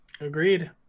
Agreed